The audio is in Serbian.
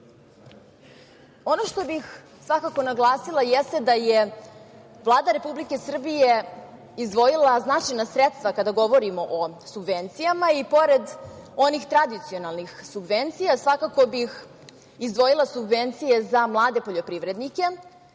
što bih naglasila jeste da je Vlada Republike Srbije izdvojila značajna sredstva, kada govorimo o subvencijama i pored onih tradicionalnih subvencija svakako bih izdvojila subvencije za mlade poljoprivrednike,